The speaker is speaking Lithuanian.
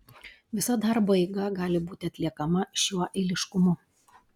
visa darbo eiga gali būti atliekama šiuo eiliškumu